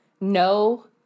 no